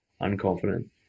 unconfident